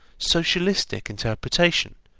socialistic interpretation,